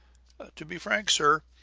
to be frank, sir,